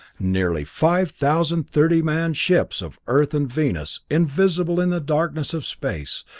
nearly five thousand thirty-man ships of earth and venus, invisible in the darkness of space,